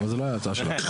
אבל זו לא הייתה הצעה שלנו.